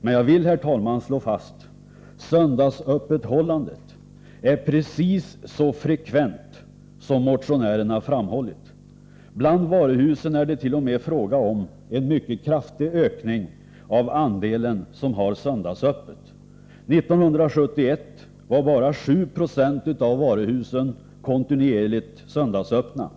Men jag vill, herr talman, slå fast: Söndagsöppethållande är precis så frekvent som motionärerna framhållit. Bland varuhusen är det t.o.m. fråga om en mycket kraftig ökning av den andel som har söndagsöppet. År 1971 var bara 7 20 av varuhusen kontinuerligt söndagsöppna.